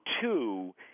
two